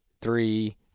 three